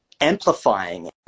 amplifying